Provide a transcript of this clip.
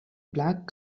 black